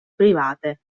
private